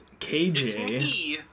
KJ